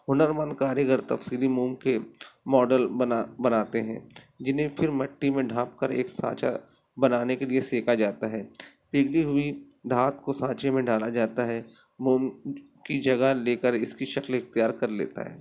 ہنرمند کاریگر تفصیلی موم کے ماڈل بنا بناتے ہیں جنہیں پھر مٹی میں ڈھانپ کر ایک سانچہ بنانے کے لیے سیکا جاتا ہے پگھلی ہوئی دھات کو سانچے میں ڈھالا جاتا ہے موم کی جگہ لے کر اس کی شکل اختیار کر لیتا ہے